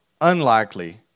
unlikely